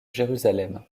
jérusalem